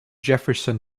jefferson